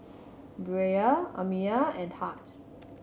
Bria Amiya and Tahj